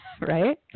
right